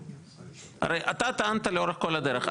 הרי אתה טענת לאורך כל הדרך,